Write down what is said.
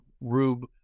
Rube